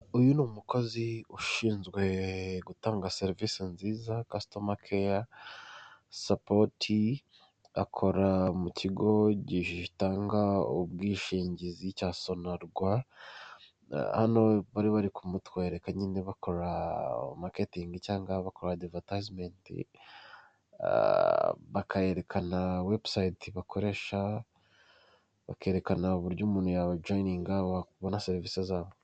uyu ni umukozi ushinzwe gutanga serivisi nziza customer care supot akora mu kigo gitanga ubwishingizi cya sonerwa ,hano bari bari kumutwereka nyine bakora marketing cyangwa abakorade vetacement bakayekana website bakoresha bakerekana uburyo umuntu yaba joining wabona serivisi zabo.